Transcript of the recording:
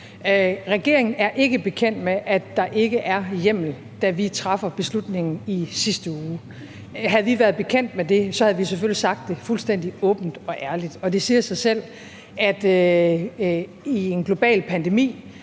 Regeringen er ikke bekendt med, at der ikke er hjemmel, da vi træffer beslutningen i sidste uge. Havde vi været bekendt med det, havde vi selvfølgelig sagt det fuldstændig åbent og ærligt. Og det siger sig selv, at under en global epidemi